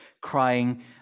crying